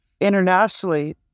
internationally